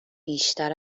بیشتر